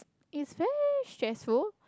is very stressful